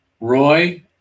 Roy